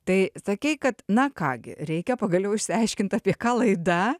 tai sakei kad na ką gi reikia pagaliau išsiaiškint apie ką laida